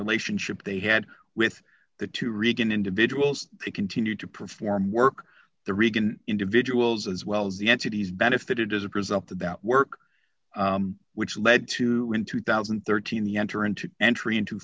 relationship they had with the two reagan individuals who continued to perform work the reagan individuals as well as the entities benefited as a present that work which led to in two thousand and thirteen the enter into entry into